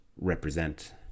represent